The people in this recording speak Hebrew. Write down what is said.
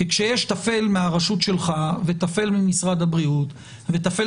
כשיש טפל מן הרשות שלך וטפל ממשרד הבריאות וטפל